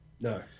No